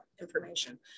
information